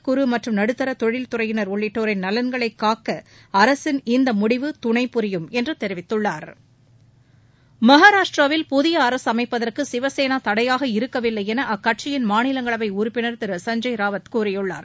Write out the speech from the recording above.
குறு மற்றும் நடுத்தா தொழில் துறையினர் உள்ளிட்டோரின் நலன்களை காக்க அரசின் இந்த முடிவு துணை புரியும் என்று தெரிவித்துள்ளார் மகாராஷ்டிராவில் புதிய அரசு அமைப்பதற்கு சிவசேனா தடையாக இருக்கவில்லையென அக்கட்சியின் மாநிலங்களவை உறுப்பினர் திரு சஞ்ஜய் ராவத் கூறியுள்ளார்